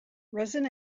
resin